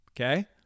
Okay